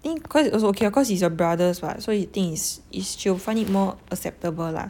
then cause you also okay lah cause it's your brothers [what] so you think is she will find it more acceptable lah